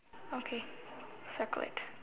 okay so correct